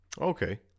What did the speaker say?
Okay